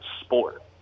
sport